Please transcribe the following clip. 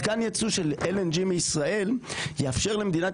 מתקן ייצוא של LNG מישראל יאפשר למדינת